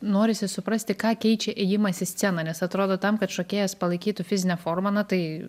norisi suprasti ką keičia ėjimas į sceną nes atrodo tam kad šokėjas palaikytų fizinę formą na tai